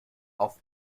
auf